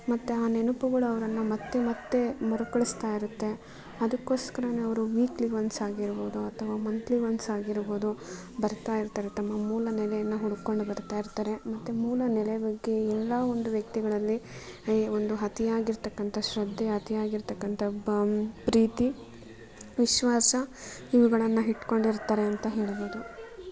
ಮತ್ತೆ ಆ ನೆನಪುಗಳು ಅವರನ್ನ ಮತ್ತೆ ಮತ್ತೆ ಮರುಕಳಿಸ್ತಾ ಇರತ್ತೆ ಅದಕ್ಕೋಸ್ಕರಾನೆ ಅವರು ವೀಕ್ಲಿ ಒನ್ಸಾಗಿರ್ಬೋದು ಅಥವಾ ಮಂಥ್ಲಿ ಒನ್ಸಾಗಿರ್ಬೋದು ಬರ್ತಾ ಇರ್ತಾರೆ ತಮ್ಮ ಮೂಲ ನೆಲೆಯನ್ನು ಹುಡ್ಕೊಂಡು ಬರ್ತಾ ಇರ್ತಾರೆ ಮತ್ತೆ ಮೂಲ ನೆಲೆ ಬಗ್ಗೆ ಎಲ್ಲ ಒಂದು ವ್ಯಕ್ತಿಗಳಲ್ಲಿ ಹೇ ಒಂದು ಅತಿಯಾಗಿರತಕ್ಕಂಥ ಶ್ರದ್ಧೆ ಅತಿಯಾಗಿರತಕ್ಕಂಥ ಬಮ್ ಪ್ರೀತಿ ವಿಶ್ವಾಸ ಇವುಗಳನ್ನು ಇಟ್ಕೊಂಡಿರ್ತಾರೆ ಅಂತ ಹೇಳ್ಬೋದು